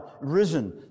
risen